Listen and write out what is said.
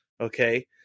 okay